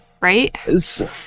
right